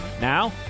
Now